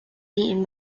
lead